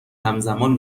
همزمان